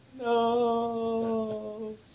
No